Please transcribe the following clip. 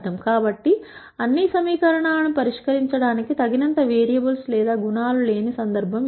కాబట్టి అన్ని సమీకరణాలను పరిష్కరించడానికి తగినంత వేరియబుల్స్ లేదా గుణాలు లేని సందర్భం ఇది